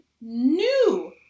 new